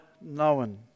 known